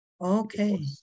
Okay